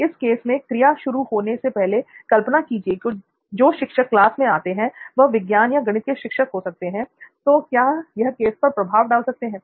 इस केस में क्रिया शुरू होने से पहले कल्पना कीजिए की जो शिक्षक कक्षा में आते हैं वह विज्ञान या गणित के शिक्षक हो सकते हैं तो क्या यह केस पर प्रभाव डाल सकता हूं